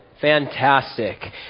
Fantastic